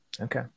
Okay